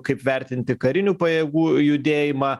kaip vertinti karinių pajėgų judėjimą